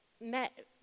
met